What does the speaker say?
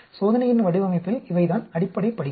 சோதனையின் வடிவமைப்பில் இவைகள்தான் அடிப்படை படிகள்